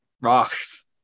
rocks